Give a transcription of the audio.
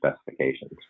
specifications